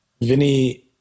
Vinny